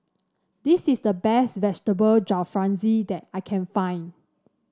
this is the best Vegetable Jalfrezi that I can find